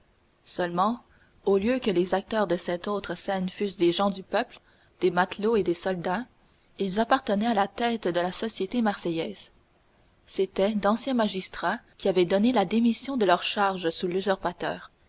seulement au lieu que les acteurs de cette autre scène fussent des gens du peuple des matelots et des soldats ils appartenaient à la tête de la société marseillaise c'étaient d'anciens magistrats qui avaient donné la démission de leur charge sous l'usurpateur